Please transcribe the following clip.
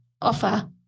offer